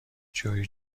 جویی